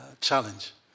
challenge